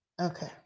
okay